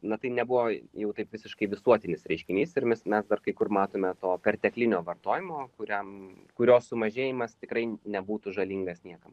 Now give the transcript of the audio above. na tai nebuvo jau taip visiškai visuotinis reiškinys ir mes mes dar kai kur matome to perteklinio vartojimo kuriam kurio sumažėjimas tikrai nebūtų žalingas niekam